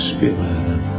Spirit